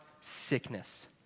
sickness